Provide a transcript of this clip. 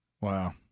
wow